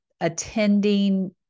attending